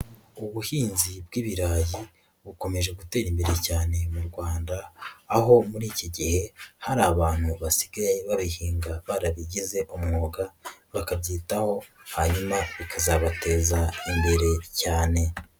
Ubuhinzi bw'ibirayi bukomeje gutera imbere cyane mu Rwanda aho muri iki gihe hari abantu basigaye babihinga barabigize umwuga, bakabyitaho hanyuma bikazabateza imbere cyane.